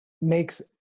makes